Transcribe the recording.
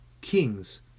kings